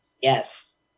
Yes